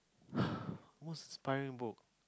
most inspiring book